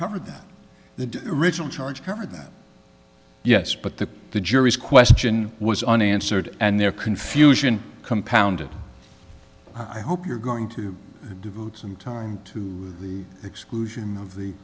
ed that the original charge card that yes but that the jury's question was unanswered and their confusion compounded i hope you're going to do some time to the exclusion of the